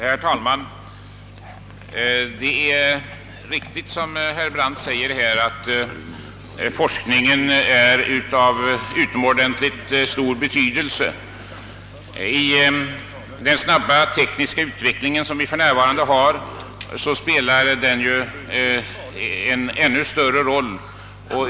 Herr talman! Som herr Brandt så riktigt säger är forskningen av utomordentligt stor betydelse, och i den snabba tekniska utveckling vi nu är inne i blir dess roll än större.